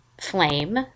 Flame